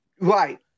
Right